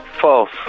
False